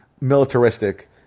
militaristic